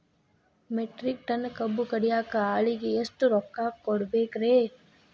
Metric ton ಕಬ್ಬು ಕಡಿಯಾಕ ಆಳಿಗೆ ಎಷ್ಟ ರೊಕ್ಕ ಕೊಡಬೇಕ್ರೇ?